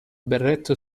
berretto